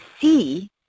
see